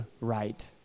right